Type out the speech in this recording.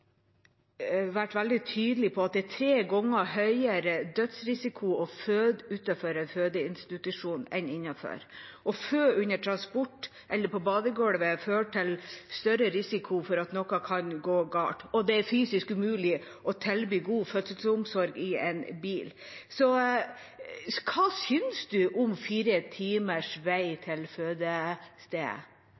vært veldig tydelig på at det er tre ganger høyere dødsrisiko å føde utenfor fødeinstitusjon enn innenfor. Å føde under transport eller på badegolvet fører til større risiko for at noe kan gå galt, og det er fysisk umulig å tilby god fødselsomsorg i en bil. Hva synes statsråden om fire timers vei til fødestedet?